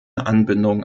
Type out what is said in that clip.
anbindung